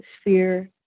sphere